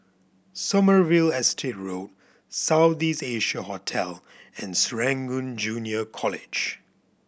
Sommerville Estate Road South East Asia Hotel and Serangoon Junior College